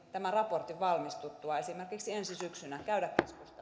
tämän raportin valmistuttua esimerkiksi ensi syksynä käydä